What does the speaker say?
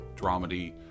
dramedy